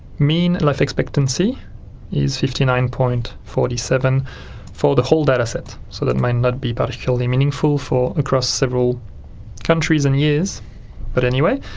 mean life expectancy is fifty nine point four seven for the whole data set. so that might not be particularly meaningful for across several countries and years but anyway,